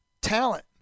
talent